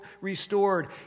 restored